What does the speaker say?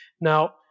Now